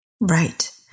right